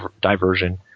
diversion